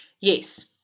yes